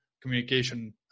communication